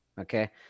Okay